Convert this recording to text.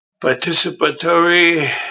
participatory